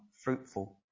fruitful